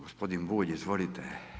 Gospodin Bulj, izvolite.